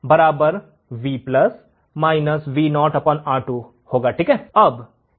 तो V R1V VoR2 ठीक है यह मान है